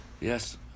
Yes